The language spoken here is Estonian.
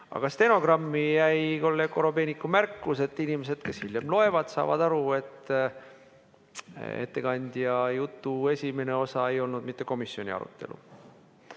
Aga stenogrammi jääb kolleeg Korobeiniku märkus ja inimesed, kes seda hiljem loevad, saavad aru, et ettekandja jutu esimene osa ei olnud mitte komisjoni arutelu